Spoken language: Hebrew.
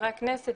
מחברי הכנסת